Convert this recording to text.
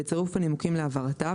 בצירוף הנימוקים להעברתה,